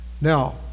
Now